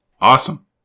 Awesome